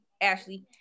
Ashley